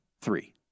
Three